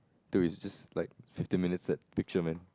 dude it's just like fifteen minutes that picture man